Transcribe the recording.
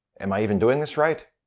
am i even doing this right?